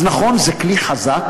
אז נכון, זה כלי חזק,